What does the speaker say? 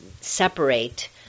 separate